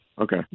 Okay